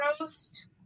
roast